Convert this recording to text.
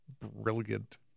brilliant